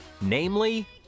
Namely